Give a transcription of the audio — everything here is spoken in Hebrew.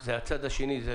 זה הצד השני, כלומר